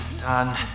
done